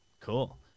Cool